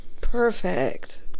Perfect